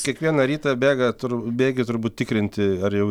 kiekvieną rytą bėgat tur bėgi turbūt tikrinti ar jau